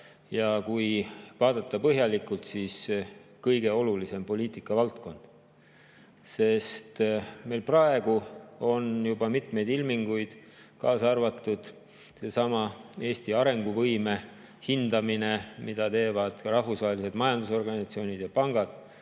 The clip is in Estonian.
ja kui vaadata põhjalikult, siis kõige olulisem poliitikavaldkond. Meil on praegu juba mitmeid ilminguid – samuti näitab seda Eesti arenguvõime hindamine, mida teevad rahvusvahelised majandusorganisatsioonid ja pangad